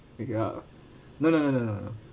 ya no no no no no no no